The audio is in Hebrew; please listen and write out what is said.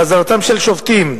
חזרתם של שופטים,